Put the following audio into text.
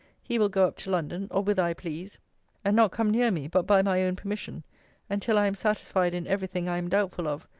he will go up to london, or whither i please and not come near me, but by my own permission and till i am satisfied in every thing i am doubtful of,